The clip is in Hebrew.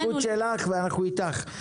זה השליחות שלך ואנחנו איתך.